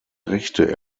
rechte